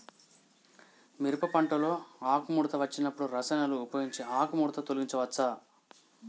మిరప పంటలో ఆకుముడత వచ్చినప్పుడు రసాయనాలను ఉపయోగించి ఆకుముడత తొలగించచ్చా?